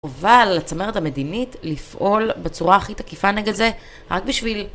אבל, לצמרת המדינית, לפעול בצורה הכי תקיפה נגד זה, רק בשביל